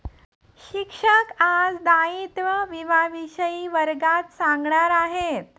शिक्षक आज दायित्व विम्याविषयी वर्गात सांगणार आहेत